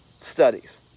studies